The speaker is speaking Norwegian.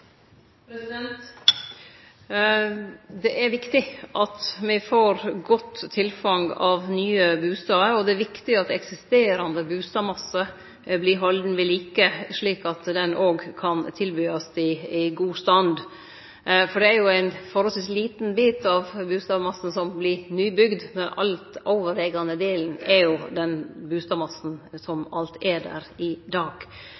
Det er viktig at me får godt tilfang av nye bustader, og det er viktig at eksisterande bustadmasse vert halden ved like, slik at han òg kan tilbys i god stand. For det er ein forholdsvis liten bit av bustadmassen som vert nybygd, størstedelen av bustadmassen er den som alt er der i dag.